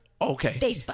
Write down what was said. Okay